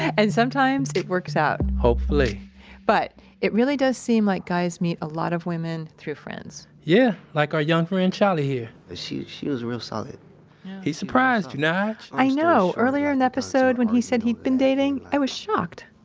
and sometimes, it works out hopefully but it really does seem like guys meet a lot of women through friends yeah, like our young friend charlie here she she was a real solid he surprised you, nige i know. earlier in the episode, when he said he'd been dating, i was shocked.